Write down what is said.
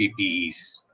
PPEs